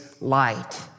light